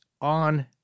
on